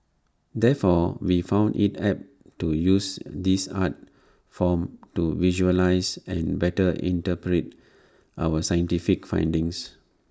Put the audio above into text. therefore we found IT apt to use this art form to visualise and better interpret our scientific findings